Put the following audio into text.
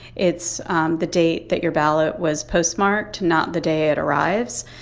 it's the date that your ballot was postmarked, not the day it arrives.